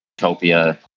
utopia